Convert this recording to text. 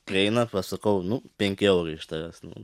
prieina pasakau nu penki eurai iš tavęs nu